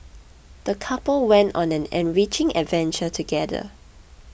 the couple went on an enriching adventure together